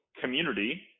community